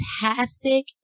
fantastic